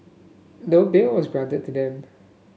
no bail was granted to them